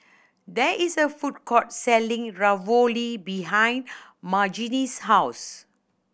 there is a food court selling Ravioli behind Margene's house